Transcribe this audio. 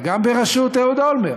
וגם בראשות אהוד אולמרט,